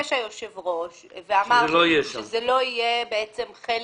ביקש היושב ראש ואמר שזה לא יהיה חלק